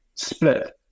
split